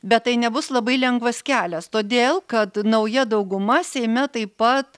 bet tai nebus labai lengvas kelias todėl kad nauja dauguma seime taip pat